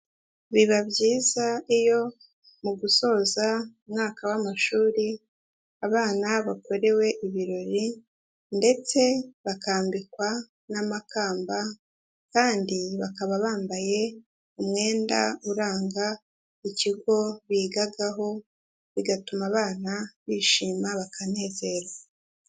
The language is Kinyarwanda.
Biba byiza iyo mu gusoza umwaka w'amashuri abana bakorewe ibirori ndetse bakambikwa n'amakamba kandi bakaba bambaye umwenda uranga ikigo bigagaho bigatuma abana bishima bakanezerwa.